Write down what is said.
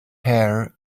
hair